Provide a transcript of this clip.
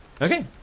Okay